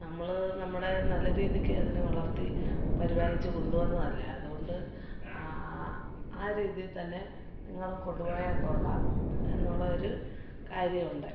നമ്മൾ നമ്മുടെ നല്ല രീതിക്ക് അതിനെ വളർത്തി പരിപാലിച്ച് കൊണ്ടു പോകുന്നതല്ലേ അതുകൊണ്ട് ആ ആ രീതിയിൽ തന്നെ നിങ്ങളും കൊണ്ടുപോയാൽ കൊള്ളാം എന്നുള്ള ഒരു കാര്യം ഉണ്ട്